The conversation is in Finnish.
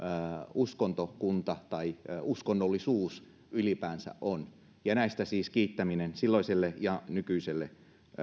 uskontokunta tai uskonnollisuus ylipäänsä on ja näistä siis kiittäminen silloiselle ja nykyiselle